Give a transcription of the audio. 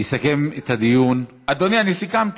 יסכם את הדיון, אדוני, אני סיכמתי.